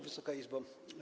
Wysoka Izbo!